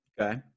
Okay